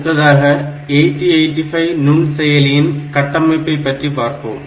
அடுத்ததாக 8085 நுண் செயலியின் கட்டமைப்பை பார்ப்போம்